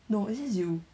no it's just you